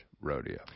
rodeo